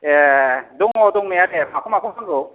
ए दङो दंनाया दे माखौ माखौ नांगौ